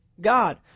God